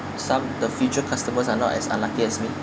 some the future customers are not as unlucky as me